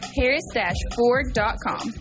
harris-ford.com